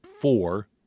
four